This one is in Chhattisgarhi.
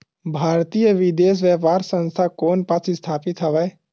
भारतीय विदेश व्यापार संस्था कोन पास स्थापित हवएं?